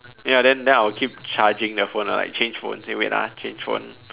ya then then I will keep charging the phone lah like change phone say wait ah change phone